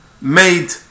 made